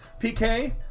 PK